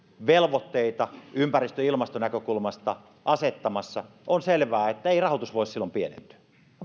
velvoitteita ympäristö ja ilmastonäkökulmasta on selvää ettei rahoitus voi silloin pienentyä